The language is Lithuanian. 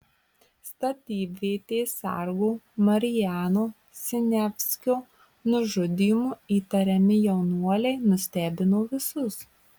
statybvietės sargo marijano siniavskio nužudymu įtariami jaunuoliai nustebino visus